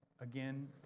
again